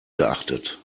geachtet